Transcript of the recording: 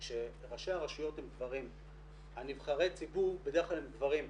כשראשי הרשויות הם גברים נבחרי הציבור בדרך כלל הם גברים,